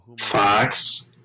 Fox